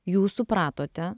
jūs supratote